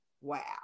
Wow